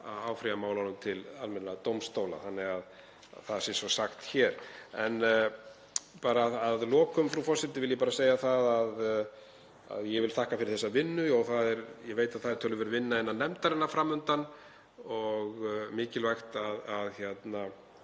að áfrýja málunum til almennra dómstóla, þannig að það sé sagt hér. Að lokum, frú forseti, vil ég bara segja að ég vil þakka fyrir þessa vinnu. Ég veit að það er töluverð vinna innan nefndarinnar fram undan og mikilvægt að menn